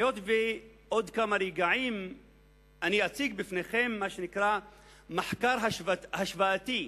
היות שעוד כמה רגעים אני אציג בפניכם מה שנקרא מחקר השוואתי,